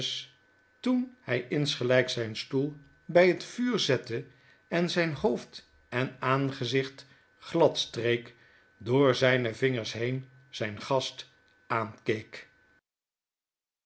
toen hy insgelyks zyn stoel by het vuur zette en zijn hoot'd en aangezicht glad streek door zijne vingers heen zyn gast aankeek